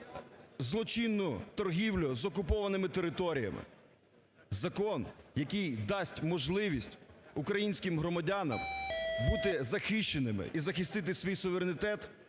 злочинну торгівлю з окупованими територіями, закон, який дасть можливість українським громадянам бути захищеними і захистити свій суверенітет,